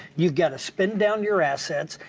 you've gotta spend down your assets,